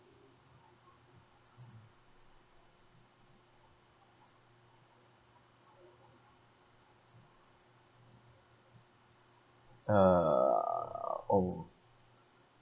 uh orh